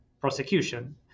prosecution